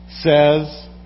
says